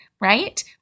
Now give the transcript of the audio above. right